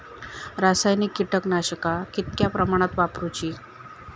रासायनिक कीटकनाशका कितक्या प्रमाणात वापरूची?